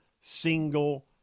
single